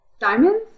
Diamonds